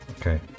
Okay